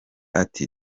ati